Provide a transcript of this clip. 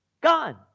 Gone